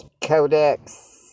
Codex